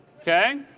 Okay